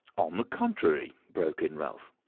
on the contrary, broke in ralph,